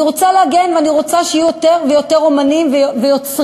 אני רוצה להגן ואני רוצה שיהיו יותר ויותר אמנים ויוצרים